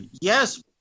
yes